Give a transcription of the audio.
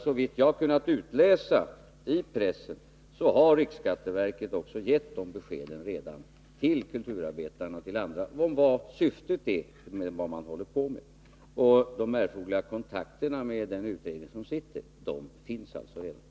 Såvitt jag har kunnat utläsa i pressen har riksskatteverket också redan till kulturarbetarna och andra gett de beskeden om vad syftet är med det man håller på med. De erforderliga kontakterna med den utredning som sitter finns alltså redan.